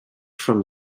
from